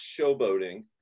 showboating